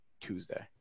Tuesday